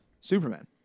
Superman